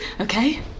okay